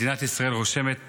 מדינת ישראל רושמת